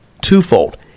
twofold